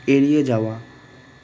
এড়িয়ে যাওয়া